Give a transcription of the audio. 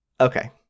okay